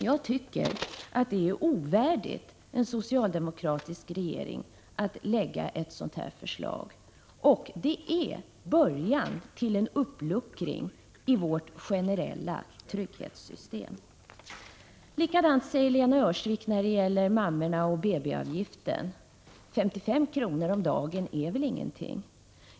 Jag tycker att det är ovärdigt en socialdemokratisk regering att lägga fram ett sådant förslag. Det är början till en uppluckring av vårt generella trygghetssystem. När det gäller mammorna och BB-avgiften säger Lena Öhrsvik: 55 kr. om dagen är väl ingenting.